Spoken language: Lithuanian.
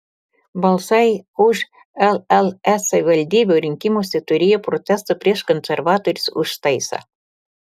balsai už lls savivaldybių rinkimuose turėjo protesto prieš konservatorius užtaisą